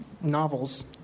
novels